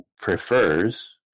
prefers